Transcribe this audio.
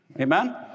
Amen